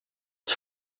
das